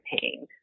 paying